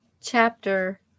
Chapter